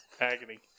Agony